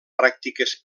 pràctiques